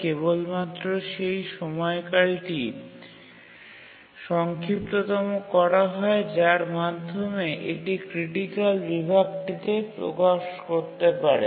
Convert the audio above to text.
কেবলমাত্র সেই সময়কালটি সংক্ষিপ্ততম করা হয় যার মাধ্যমে এটি ক্রিটিকাল বিভাগটিতে প্রকাশ করতে পারে